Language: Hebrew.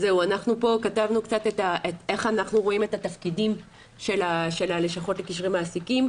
אנחנו כאן כתבנו איך אנחנו רואים את התפקידים של הלשכות לקשרי מעסיקים.